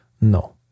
No